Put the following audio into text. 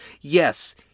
Yes